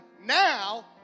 now